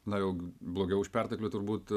na juk blogiau už perteklių turbūt